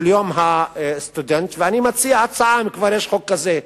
של הסטודנט, ואני מציע הצעה: אם כבר יש חוק כזה,